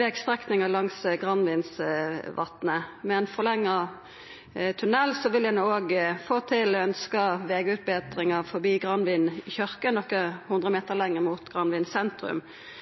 vegstrekninga langs Granvinsvatnet. Med ein forlengd tunnel vil ein òg få til ynskt vegutbetring forbi Granvin kyrkje, nokre 100 meter lenger mot Granvin sentrum.